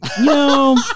no